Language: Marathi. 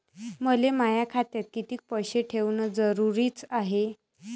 मले माया खात्यात कितीक पैसे ठेवण जरुरीच हाय?